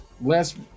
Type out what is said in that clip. last